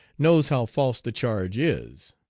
knows how false the charge is.